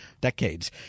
decades